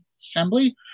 Assembly